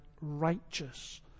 righteous